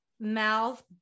mouth